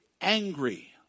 angry